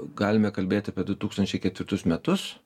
galime kalbėt apie du tūkstančiai ketvirtus metus